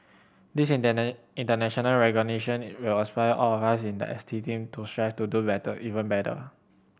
this international recognition will inspire all of us in the S T team to strive to do better even better